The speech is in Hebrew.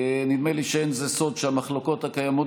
נדמה לי שזה לא סוד שהמחלוקות הקיימות